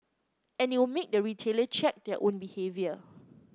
and it will make the retailer check their own behaviour